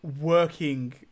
working